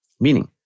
meaning